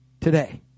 today